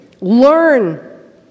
Learn